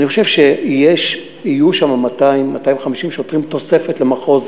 אני חושב שיהיו שם 200 250 שוטרים תוספת למחוז.